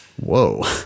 Whoa